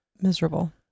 miserable